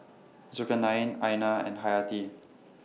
Zulkarnain Aina and Hayati